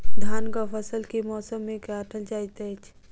धानक फसल केँ मौसम मे काटल जाइत अछि?